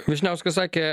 vyšniauskas sakė